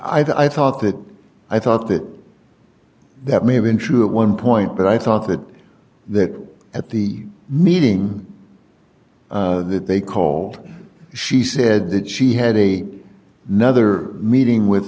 that i thought that i thought that that may have been true at one point but i thought that that at the meeting they called she said that she had a nother meeting with